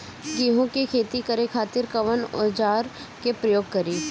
गेहूं के खेती करे खातिर कवन औजार के प्रयोग करी?